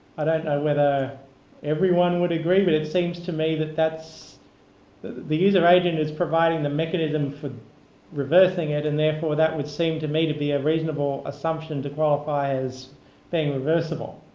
i don't know whether everyone would agree, but it seems to me that that's the the user agent is providing the mechanism for reversing it and therefore, that would seem to me to be a reasonable assumption to qualify as being reversible.